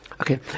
Okay